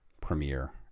premiere